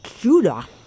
Judah